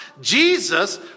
Jesus